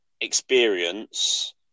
experience